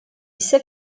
ise